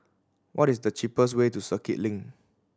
what is the cheapest way to Circuit Link